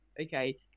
okay